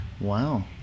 wow